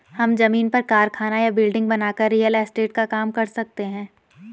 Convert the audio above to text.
हम जमीन पर कारखाना या बिल्डिंग बनाकर रियल एस्टेट का काम कर सकते है